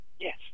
Yes